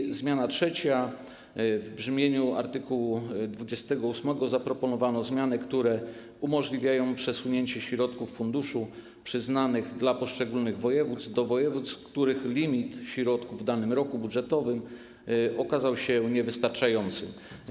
I zmiana trzecia: w brzmieniu art. 28 zaproponowano zmiany, które umożliwiają przesunięcie środków z funduszu przyznanych dla poszczególnych województw do województw, których limit środków w danym roku budżetowym okazał się niewystarczający.